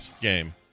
game